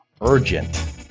Urgent